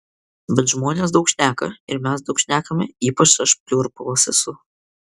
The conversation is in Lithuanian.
bet žmonės daug šneka ir mes daug šnekame ypač aš pliurpalas esu